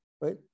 right